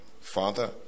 Father